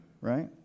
right